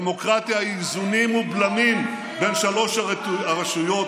דמוקרטיה היא איזונים ובלמים בין שלוש הרשויות,